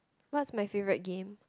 what's my favourite game